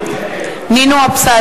(קוראת בשמות חברי הכנסת) נינו אבסדזה,